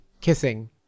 kissing